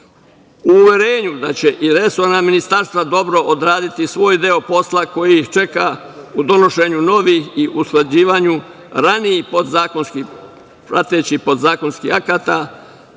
uverenju da će i resorna ministarstva dobro odraditi svoj deo posla koji ih čeka u donošenju novih i usklađivanju ranijih pratećih podzakonskih akata